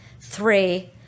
Three